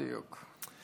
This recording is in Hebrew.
בדיוק.